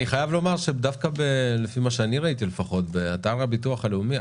אני חייב לומר שדווקא לפי מה שאני ראיתי באתר הביטוח הלאומי,